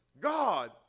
God